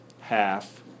half